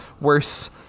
worse